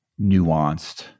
nuanced